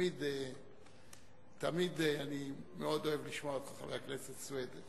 ותמיד אני מאוד אוהב לשמוע אותך, חבר הכנסת סוייד,